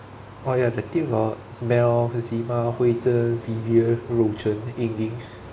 oh ya the team got mel hazimah hui zhen vivian ruo chen ying ying